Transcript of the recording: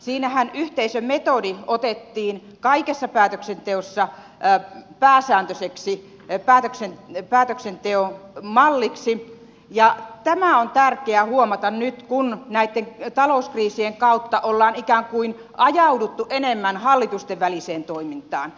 siinähän yhteisömetodi otettiin kaikessa päätöksenteossa pääsääntöiseksi päätöksenteon malliksi ja tämä on tärkeää huomata nyt kun näitten talouskriisien kautta on ikään kuin ajauduttu enemmän hallitustenväliseen toimintaan